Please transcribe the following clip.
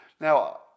Now